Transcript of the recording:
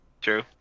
True